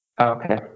Okay